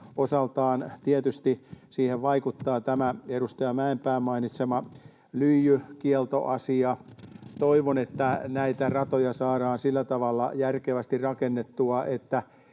Osaltaan siihen tietysti vaikuttaa tämä edustaja Mäenpään mainitsema lyijykieltoasia. Toivon, että näitä ratoja saadaan sillä tavalla järkevästi rakennettua, että